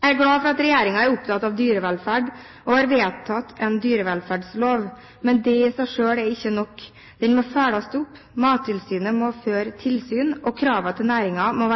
Jeg er glad for at regjeringen er opptatt av dyrevelferd og har vedtatt en dyrevelferdslov, men det i seg selv er ikke nok. Den må følges opp. Mattilsynet må føre tilsyn, og